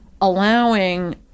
allowing